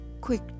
quick